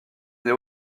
n’ai